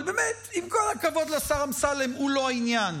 אבל באמת, עם כל הכבוד לשר אמסלם, הוא לא העניין,